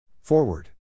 Forward